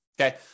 Okay